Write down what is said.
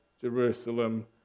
Jerusalem